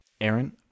Aaron